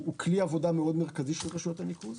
הוא כלי עבודה מאוד מרכזי של רשויות הניקוז.